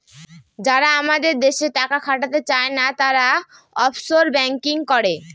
যারা আমাদের দেশে টাকা খাটাতে চায়না, তারা অফশোর ব্যাঙ্কিং করে